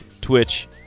Twitch